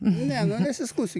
ne nu nesiskųsiu